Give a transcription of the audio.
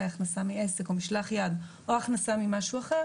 היא הכנסה מעסק או ממשלח יד או הכנסה ממשהו אחר